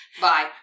Bye